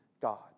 God